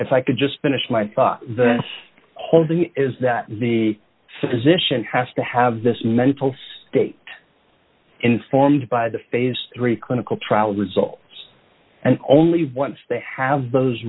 if i could just finish my thought the whole thing is that the physician has to have this mental state informed by the phase three clinical trial results and only once they have those